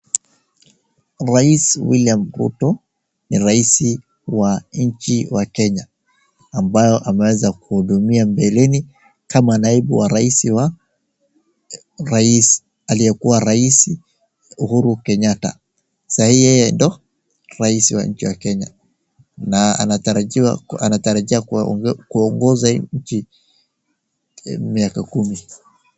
Rais William Ruto ni raisi wa nchi wa Kenya, ambayo ameweza kuhudumia mbeleni, kama naibu wa raisi wa rais aliyekuwa raisi Uhuru Kenyatta. Sahii yeye ndio rais wa nchi ya Kenya, na anatarajiwa, anatarajia kuongoza nchi miaka kumi.